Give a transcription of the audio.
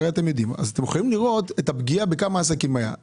אתם יכולים לראות בכמה עסקים הייתה הפגיעה.